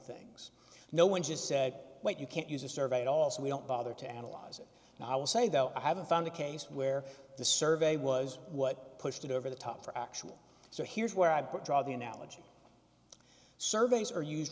things no one just said but you can't use a survey at all so we don't bother to analyze it and i will say though i haven't found a case where the survey was what pushed it over the top for actual so here's where i put draw the analogy surveys are use